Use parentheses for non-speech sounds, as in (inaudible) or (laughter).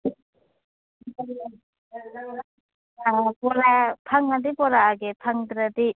(unintelligible) ꯐꯪꯉꯗꯤ ꯄꯨꯔꯛꯑꯒꯦ ꯐꯪꯗ꯭ꯔꯗꯤ